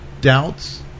doubts